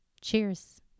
cheers